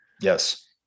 yes